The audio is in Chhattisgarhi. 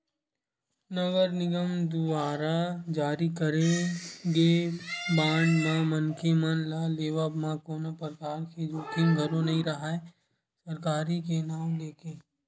नगर निगम दुवारा जारी करे गे बांड म मनखे मन ल लेवब म कोनो परकार के जोखिम घलो नइ राहय सरकारी के नांव लेके